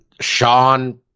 Sean